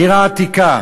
בעיר העתיקה